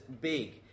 big